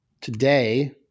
Today